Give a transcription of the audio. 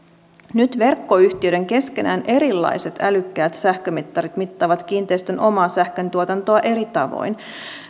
nyt verkkoyhtiöiden keskenään erilaiset älykkäät sähkömittarit mittaavat kiinteistön omaa sähköntuotantoa eri tavoin